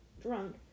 drunk